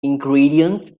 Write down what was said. ingredients